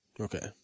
Okay